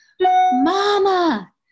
mama